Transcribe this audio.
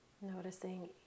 noticing